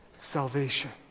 salvation